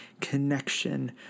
connection